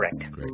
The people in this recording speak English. Correct